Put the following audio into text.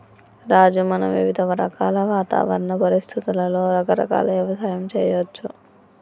రాజు మనం వివిధ రకాల వాతావరణ పరిస్థితులలో రకరకాల యవసాయం సేయచ్చు